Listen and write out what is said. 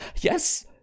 Yes